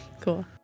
Cool